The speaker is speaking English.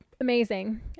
Amazing